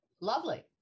lovely